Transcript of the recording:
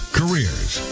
careers